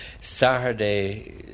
Saturday